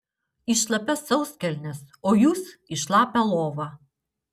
į šlapias sauskelnes o jūs į šlapią lovą